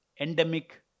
endemic